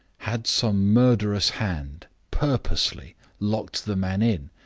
had some murderous hand purposely locked the man in,